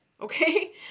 Okay